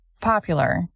popular